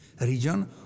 region